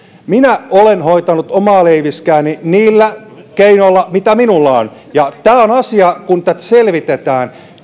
minä olen hoitanut omaa leiviskääni niillä keinoilla mitä minulla on ja puhutaan faktoilla kun tätä asiaa selvitetään